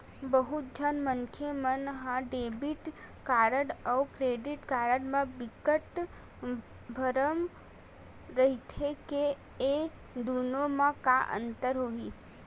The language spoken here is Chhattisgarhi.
बहुत झन मनखे मन ह डेबिट कारड अउ क्रेडिट कारड म बिकट भरम रहिथे के ए दुनो म का अंतर होही?